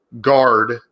guard